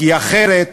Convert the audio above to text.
כי אחרת